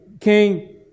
king